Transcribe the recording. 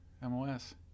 MOS